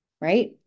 right